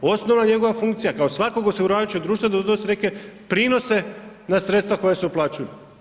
Osnovna njegova funkcija kao svakog osiguravajućeg društva da donosi neke prinose na sredstva koja se uplaćuju.